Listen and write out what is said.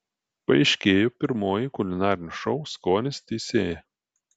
paaiškėjo pirmoji kulinarinio šou skonis teisėja